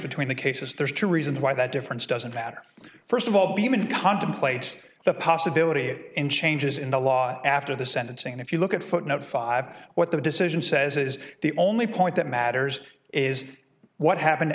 between the cases there's two reasons why that difference doesn't matter first of all be even contemplate the possibility it in changes in the law after the sentencing if you look at footnote five what the decision says is the only point that matters is what happened